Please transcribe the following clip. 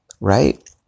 right